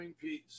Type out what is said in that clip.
peace